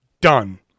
done